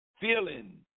feeling